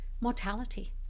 mortality